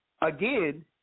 again